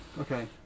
okay